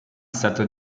stato